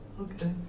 okay